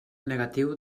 negatiu